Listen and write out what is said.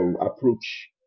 approach